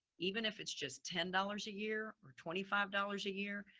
even if it's just ten dollars a year or twenty five dollars a year.